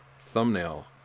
thumbnail